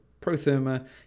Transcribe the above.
protherma